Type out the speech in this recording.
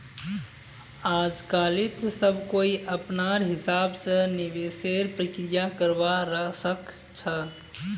आजकालित सब कोई अपनार हिसाब स निवेशेर प्रक्रिया करवा सख छ